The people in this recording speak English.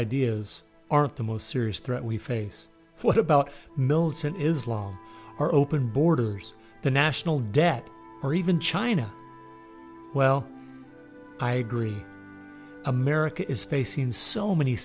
ideas aren't the most serious threat we face what about militant islam or open borders the national debt or even china well i agree america is facing so many